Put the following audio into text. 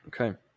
Okay